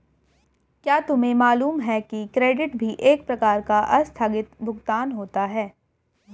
क्या तुम्हें मालूम है कि क्रेडिट भी एक प्रकार का आस्थगित भुगतान होता है?